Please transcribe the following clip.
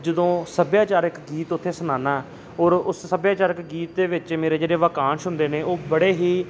ਜਦੋਂ ਸੱਭਿਆਚਾਰਕ ਗੀਤ ਉੱਥੇ ਸੁਣਾਉਂਦਾ ਔਰ ਉਸ ਸੱਭਿਆਚਾਰਕ ਗੀਤ ਦੇ ਵਿੱਚ ਮੇਰੇ ਜਿਹੜੇ ਵਾਕਾਂਸ਼ ਹੁੰਦੇ ਨੇ ਉਹ ਬੜੇ ਹੀ